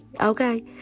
okay